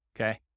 Okay